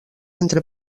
entre